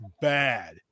bad